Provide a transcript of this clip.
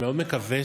חברי הכנסת,